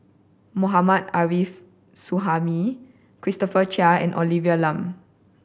Mohammad Arif Suhaimi Christopher Chia and Olivia Lum